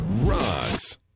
ROSS